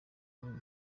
wowe